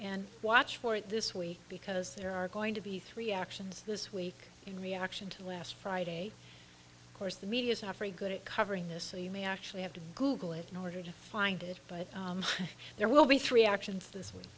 and watch for it this week because there are going to be three actions this week in reaction to last friday course the media's affray good at covering this so you may actually have to google it in order to find it but there will be three actions this w